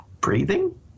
breathing